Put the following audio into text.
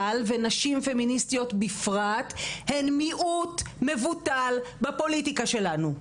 ונשים פמיניסטיות בפרט הן מיעוט מבוטל בפוליטיקה שלנו.